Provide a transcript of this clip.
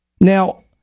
Now